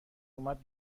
اومد